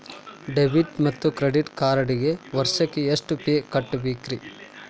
Debit ಮತ್ತು credit ಕಾರ್ಡ್ಗೆ ವರ್ಷಕ್ಕ ಎಷ್ಟ ಫೇ ಕಟ್ಟಬೇಕ್ರಿ?